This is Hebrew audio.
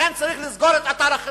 לכן צריך לסגור את אתר החרמון,